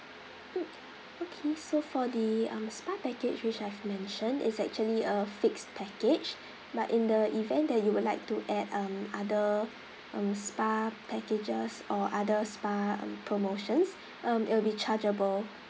mm okay so for the um spa package which I've mentioned is actually a fixed package but in the event that you would like to add um other um spa packages or other spa um promotions um it'll be chargeable